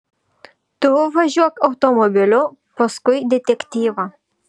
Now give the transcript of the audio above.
tu važiuok automobiliu paskui detektyvą